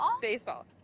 Baseball